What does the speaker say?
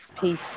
Peace